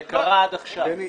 זה קרה עד עכשיו.